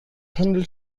handelt